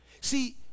See